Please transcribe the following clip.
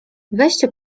weźcie